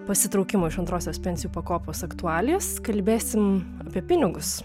pasitraukimo iš antrosios pensijų pakopos aktualijas kalbėsim apie pinigus